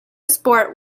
sport